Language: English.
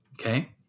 Okay